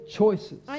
choices